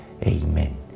Amen